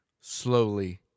slowly